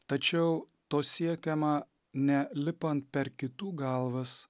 tačiau to siekiama ne lipant per kitų galvas